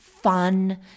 fun